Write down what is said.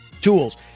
tools